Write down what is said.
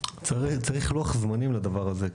צריך לוח זמנים לדבר הזה,